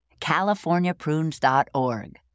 californiaprunes.org